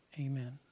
Amen